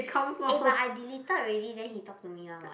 eh but I deleted already then he talked to me [one] [what]